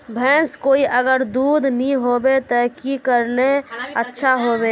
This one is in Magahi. भैंस कोई अगर दूध नि होबे तो की करले ले अच्छा होवे?